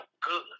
good